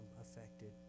affected